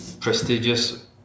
Prestigious